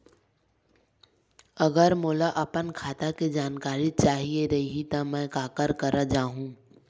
अगर मोला अपन खाता के जानकारी चाही रहि त मैं काखर करा जाहु?